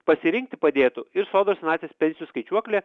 pasirinkti padėtų ir sodros senatvės pensijų skaičiuoklė